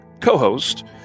co-host